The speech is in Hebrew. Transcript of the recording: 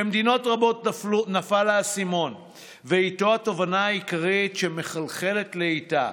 במדינות רבות נפל האסימון ואיתו התובנה העיקרית שמחלחלת לאיטה: